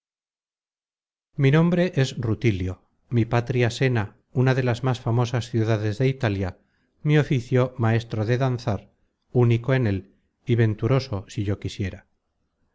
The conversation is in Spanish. mi nombre es rutilio mi patria sena una de las más famosas ciudades de italia mi oficio maestro de danzar único en él y venturoso si yo quisiera